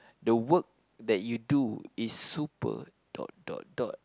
the work that you do is super dot dot dot